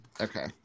okay